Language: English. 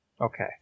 Okay